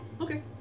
okay